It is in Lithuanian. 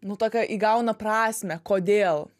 nu tokia įgauna prasmę kodėl